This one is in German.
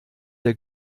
der